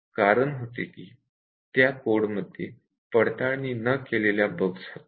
कारण होते की त्या कोडमध्ये टेस्टिंग न केलेल्या बग्स होत्या